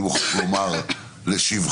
אני מוכרח לומר לשבחם,